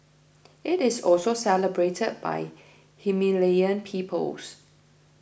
it is also celebrated by Himalayan peoples